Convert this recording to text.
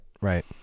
Right